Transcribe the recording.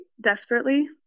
desperately